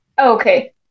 okay